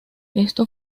esto